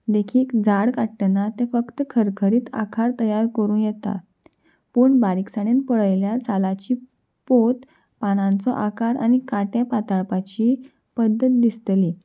देखीक झाड काडटना तें फक्त खरखरीत आकार तयार करूं येता पूण बारीकसाणेन पळयल्यार सालाची पोत पानांचो आकार आनी कांटें पाताळपाची पद्दत दिसतली